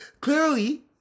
Clearly